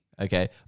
okay